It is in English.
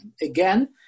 Again